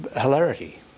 hilarity